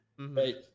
right